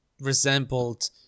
resembled